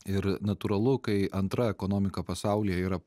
ir natūralu kai antra ekonomika pasaulyje yra